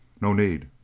no need,